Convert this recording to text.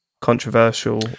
controversial